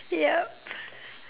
yup